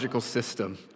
system